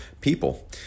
people